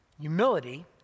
humility